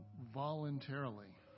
voluntarily